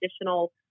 additional